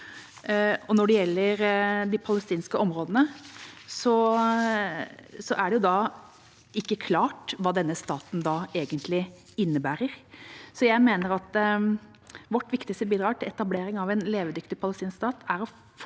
Når det gjelder de palestinske områdene, er det ikke klart hva denne staten egentlig innebærer. Jeg mener at vårt viktigste bidrag til etablering av en levedyktig palestinsk stat er å